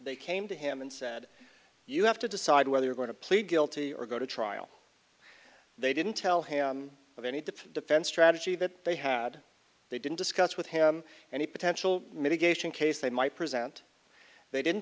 they came to him and said you have to decide whether you're going to plead guilty or go to trial they didn't tell him of any defense strategy that they had they didn't discuss with him and he potential mitigation case they might present they didn't